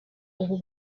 ubu